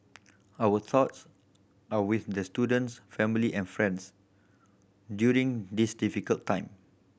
our thoughts are with the student's family and friends during this difficult time